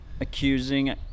accusing